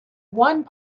one